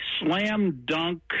slam-dunk